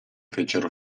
fecero